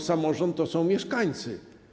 Samorząd to są mieszkańcy.